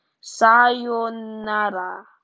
Sayonara